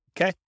okay